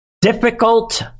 Difficult